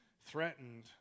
threatened